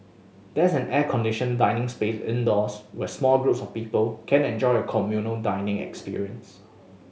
there's an air conditioned dining space indoors where small groups of people can enjoy a communal dining experience